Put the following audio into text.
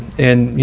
and,